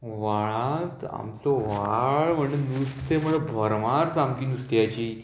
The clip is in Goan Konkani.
व्हाळांत आमचो व्हाळ म्हणटा नुस्तें म्हणटा भरमार सामकी नुस्त्याची